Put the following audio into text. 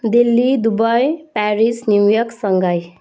Delhi Dubai Paris New York Shanghai